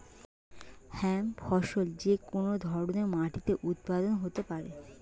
hemp ফসল যে কোন ধরনের মাটিতে উৎপাদন হতে পারে